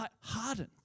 hardened